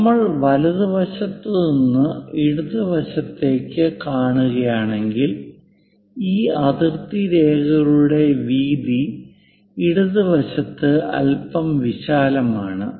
നമ്മൾ വലതുവശത്ത് നിന്ന് ഇടത് വശത്തേക്ക് കാണുകയാണെങ്കിൽ ഈ അതിർത്തി രേഖകളുടെ വീതി ഇടത് വശത്ത് അൽപ്പം വിശാലമാണ്